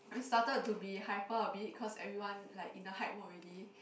I started to be hyper a bit cause everyone like in the high mood already